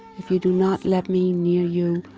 if you do not let me near you,